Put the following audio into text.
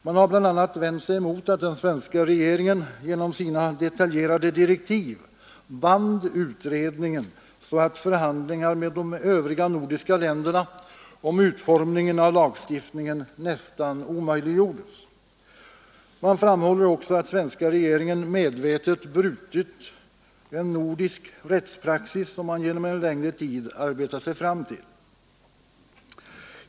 Man har bl.a. vänt sig emot att den svenska regeringen genom sina detaljerade direktiv bundit utredningen, så att förhandlingar med de övriga nordiska länderna om utformningen av lagstiftningen nästan omöjliggjorts. Man framhåller också att svenska regeringen medvetet brutit en nordisk rättspraxis, som man under en längre tid arbetat sig fram till.